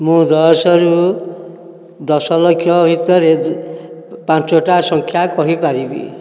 ମୁଁ ଦଶରୁ ଦଶ ଲକ୍ଷ୍ୟ ଭିତରେ ପାଞ୍ଚୋଟି ସଂଖ୍ୟା କହିପାରିବି